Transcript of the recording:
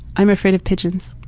i'm afraid of pigeons.